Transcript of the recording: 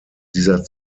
dieser